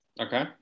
Okay